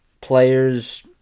players